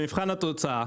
במבחן התוצאה,